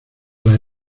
las